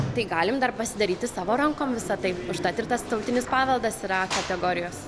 tai galim dar pasidaryti savo rankom visa tai užtat ir tas tautinis paveldas yra a kategorijos